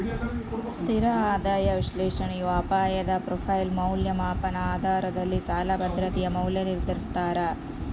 ಸ್ಥಿರ ಆದಾಯ ವಿಶ್ಲೇಷಣೆಯು ಅಪಾಯದ ಪ್ರೊಫೈಲ್ ಮೌಲ್ಯಮಾಪನ ಆಧಾರದಲ್ಲಿ ಸಾಲ ಭದ್ರತೆಯ ಮೌಲ್ಯ ನಿರ್ಧರಿಸ್ತಾರ